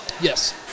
Yes